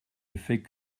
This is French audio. effet